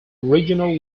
regional